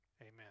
Amen